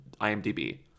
IMDb